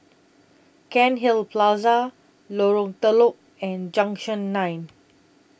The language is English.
Cairnhill Plaza Lorong Telok and Junction nine